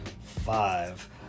five